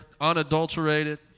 unadulterated